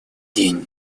день